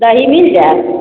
दही मिल जाएत